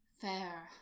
fair